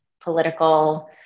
political